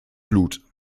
blut